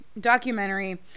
documentary